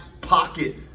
pocket